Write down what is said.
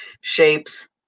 shapes